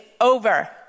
over